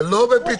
איתן, זה לא הפוך.